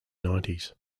nineties